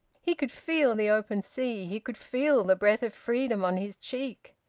he could feel the open sea he could feel the breath of freedom on his cheek.